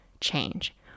change